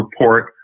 report